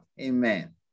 Amen